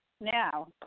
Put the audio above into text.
now